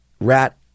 rat